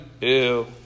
ew